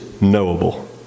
knowable